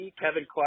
Kevin